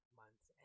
months